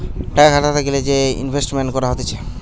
টাকা খাটাতে গ্যালে যে ইনভেস্টমেন্ট করা হতিছে